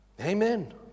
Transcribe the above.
Amen